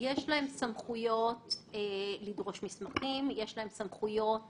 יש להם סמכויות לדרוש מסמכים, יש להם סמכויות